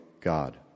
God